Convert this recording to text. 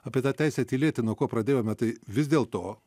apie tą teisę tylėti nuo ko pradėjome tai vis dėlto